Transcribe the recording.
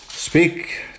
Speak